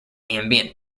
ambient